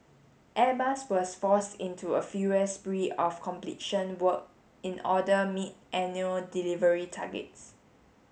Airbus was forced into a furious spree of completion work in order meet annual delivery targets